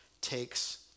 takes